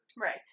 Right